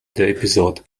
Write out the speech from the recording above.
episode